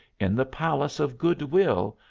in the palace of good-will,